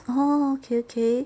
oh okay okay